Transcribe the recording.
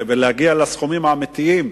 ולהגיע לסכומים האמיתיים,